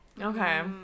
Okay